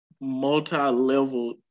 multi-level